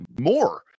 more